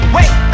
Wait